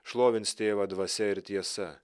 šlovins tėvą dvasia ir tiesa